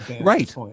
Right